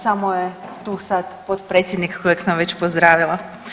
Samo je tu sada potpredsjednik kojeg sam već pozdravila.